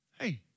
hey